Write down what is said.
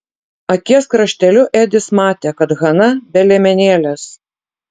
akies krašteliu edis matė kad hana be liemenėlės